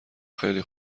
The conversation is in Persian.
خیلی